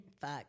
fuck